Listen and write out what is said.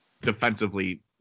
defensively